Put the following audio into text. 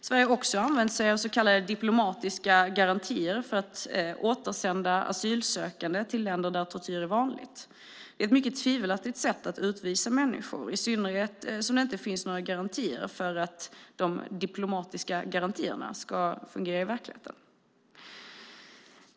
Sverige har också använt så kallade diplomatiska garantier för att återsända asylsökande till länder där tortyr är vanligt. Det är ett mycket tvivelaktigt sätt att utvisa människor, i synnerhet som det inte finns några garantier för att de diplomatiska garantierna ska fungera i verkligheten.